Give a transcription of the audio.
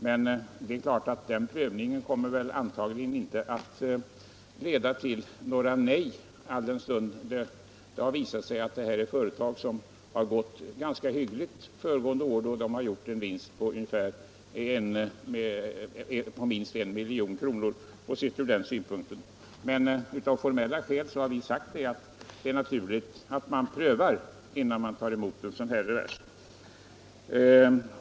Men den prövningen kommer antagligen inte att leda till några nej, alldenstund det har visat sig att det här gäller företag som har gått ganska hyggligt föregående år, då de har gjort en vinst på minst 1 milj.kr. Av formella skäl har vi emellertid sagt att det är naturligt att man prövar innan man tar emot en sådan revers.